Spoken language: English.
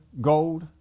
gold